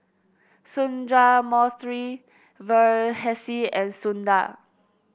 Sundramoorthy Verghese and Sundar